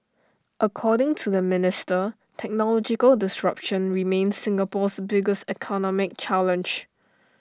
according to the minister technological disruption remains Singapore's biggest economic challenge